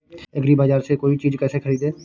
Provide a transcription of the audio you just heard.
एग्रीबाजार से कोई चीज केसे खरीदें?